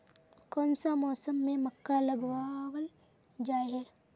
कोन सा मौसम में मक्का लगावल जाय है?